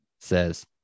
says